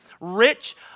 rich